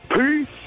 Peace